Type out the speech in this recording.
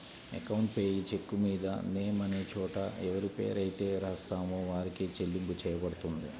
account payee చెక్కుమీద name అనే చోట ఎవరిపేరైతే రాత్తామో వారికే చెల్లింపు చెయ్యబడుతుంది